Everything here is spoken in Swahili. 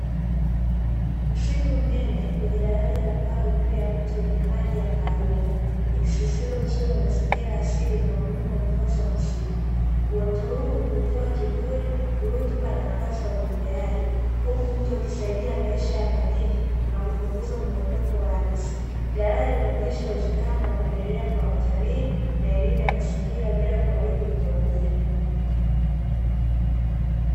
Msitu mnene wenye daraja la mbao juu ya msitu daraja hisaidia kutaribu shughuli za utalii na kuharibu ekolojia